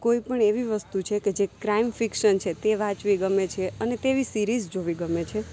કોઈ પણ એવી વસ્તુ છે કે જે ક્રાઇમ ફિક્શન છે તે વાંચવી ગમે છે અને તેવી સિરીઝ જોવી ગમે છે